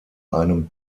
einem